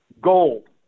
gold